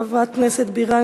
חברת הכנסת בירן,